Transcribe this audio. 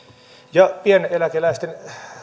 ja pieneläkeläisten